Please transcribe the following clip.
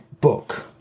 book